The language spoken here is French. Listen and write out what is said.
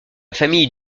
famille